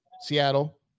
Seattle